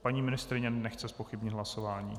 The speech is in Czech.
Paní ministryně nechce zpochybnit hlasování?